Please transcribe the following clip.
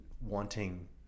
wanting